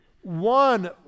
one